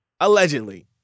Allegedly